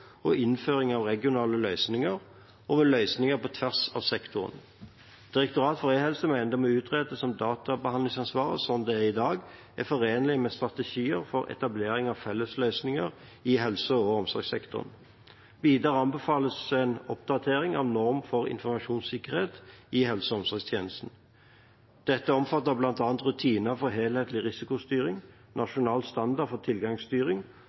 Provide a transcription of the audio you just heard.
og innføring av regionale løsninger og ved løsninger på tvers av sektoren. Direktoratet for e-helse mener det må utredes om databehandlingsansvaret slik det er i dag, er forenlig med strategier for etablering av fellesløsninger i helse- og omsorgssektoren. Videre anbefales en oppdatering av Norm for informasjonssikkerhet i helse- og omsorgssektoren. Dette omfatter bl.a. rutiner for helhetlig risikostyring, nasjonal standard for tilgangsstyring